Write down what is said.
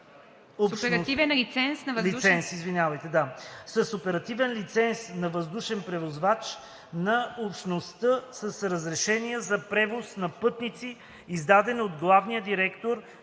с оперативен лиценз на въздушен превозвач на Общността с разрешение за превоз на пътници, издаден от главния директор